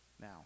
Now